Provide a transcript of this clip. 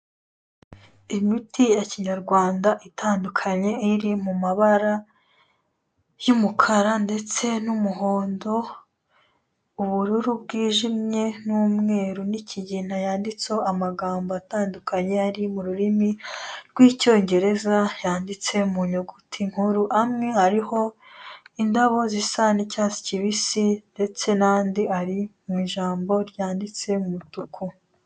Imiti ya kinyarwanda itandukanye iri mu mabara y'umukara ndetse n'umuhondo, ubururu bwijimye n'umweru n'ikigina, yanditseho amagambo atandukanye ari mu rurimi rw'Icyongereza, yanditse mu nyuguti nkuru, amwe ariho indabo zisa n'icyatsi kibisi ndetse n'andi ari mu ijambo ryanditse mu mutuku.